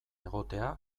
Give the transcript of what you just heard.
egotea